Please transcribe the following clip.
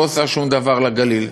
לא עושה שום דבר בגליל,